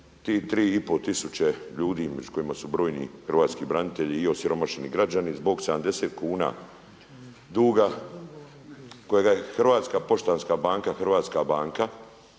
tih 3,5 tisuće ljudi među kojima su brojni hrvatski branitelji i osiromašeni građani zbog 70 kuna duga kojega je HNB, hrvatska banka,